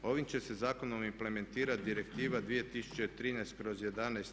Ovim će se zakonom implementirati Direktiva 2013/